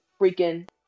freaking